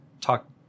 talk